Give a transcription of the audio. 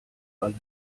alles